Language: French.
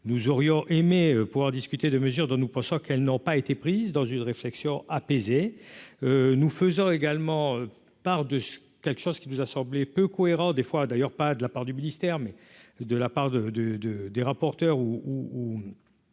nous aurions aimé pouvoir discuter de mesures dont nous pensons qu'elles n'ont pas été prises dans une réflexion apaisée, nous faisons également part de quelque chose qui nous a semblé peu cohérent des fois d'ailleurs pas de la part du ministère mais de la part de, de, de, des rapporteurs ou